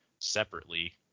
separately